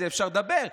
על זה אפשר לדבר,